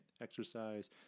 Exercise